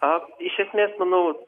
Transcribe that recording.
a iš esmės manau